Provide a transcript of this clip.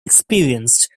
experienced